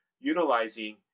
utilizing